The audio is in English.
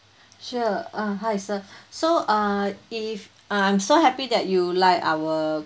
sure uh hi sir so uh if uh I'm so happy that you like our